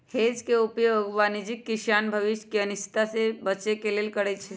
hedge के उपयोग वाणिज्यिक किसान भविष्य के अनिश्चितता से बचे के लेल करइ छै